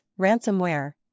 ransomware